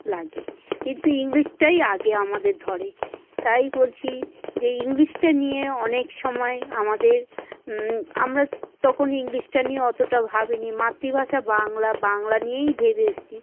লাগে কিন্তু ইংলিশটাই আগে আমাদের ধরে তাই বলছি যে ইংলিশটা নিয়ে অনেক সময় আমাদের আমরা তখন ইংলিশটা নিয়ে অতটা ভাবিনি মাতৃভাষা বাংলা বাংলা নিয়েই ভেবে এসেছি